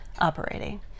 operating